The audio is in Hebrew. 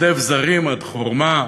רודף זרים עד חורמה.